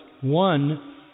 One